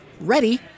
ready